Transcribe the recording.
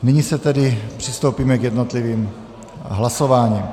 Nyní tedy přistoupíme k jednotlivým hlasováním.